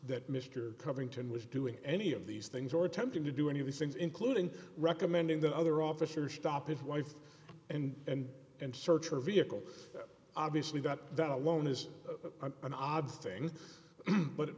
that mr covington was doing any of these things or attempting to do any of these things including recommending that other officers stop it wife and and and search your vehicle obviously that that alone is an odd thing but